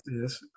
yes